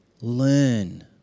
Learn